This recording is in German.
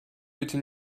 bitte